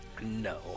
no